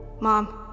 Mom